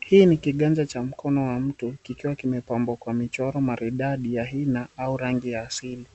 Hii ni kiganja cha mkono wa mtu, kikiwa kimepambwa kwa michoro maridadi ya hina au rangi ya asili.